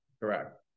Correct